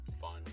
fun